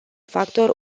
factor